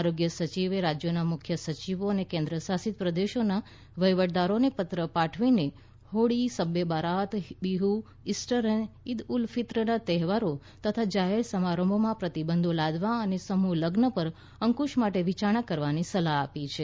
આરોગ્ય સચિવે રાજ્યોના મુખ્ય સચિવો અને કેન્દ્રશાસિત પ્રદેશોના વહીવટદારોને પત્ર પાઠવીને હોળી શબ્બે બારાત બિહુ ઇસ્ટર અને ઈદ ઉલ ફિત્રના તહેવારો તથા જાહેર સમારંભોમાં પ્રતિબંધો લાદવા અને સમૂહલગ્ન પર અંકુશ માટે વિચારણા કરવાની સલાહ આપી છે